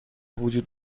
وجود